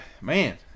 man